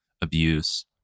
abuse